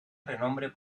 renombre